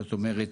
זאת אומרת,